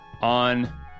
On